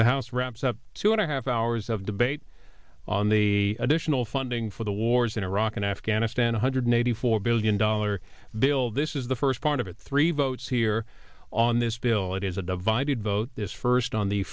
the house wraps up two and a half hours of debate on the additional funding for the wars in iraq and afghanistan one hundred eighty four billion dollar bill this is the first part of it three votes here on this bill it is a divided vote this first on the